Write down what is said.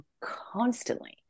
constantly